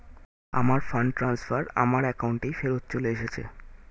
আমার fund transfer আমার অ্যাকাউন্টেই ফেরত চলে এসেছে